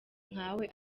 nkawe